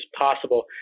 possible